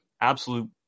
absolute